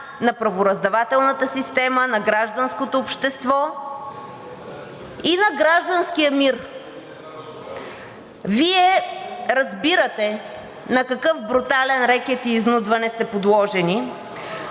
на правораздавателната система, на гражданското общество и на гражданския мир. Вие разбирате на какъв брутален рекет и изнудване сте подложени,